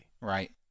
Right